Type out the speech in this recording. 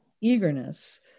eagerness